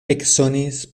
eksonis